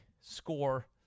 score